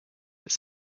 its